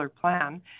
plan